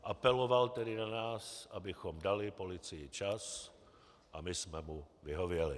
Apeloval tedy na nás, abychom dali policii čas, a my jsme mu vyhověli.